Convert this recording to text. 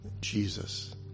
Jesus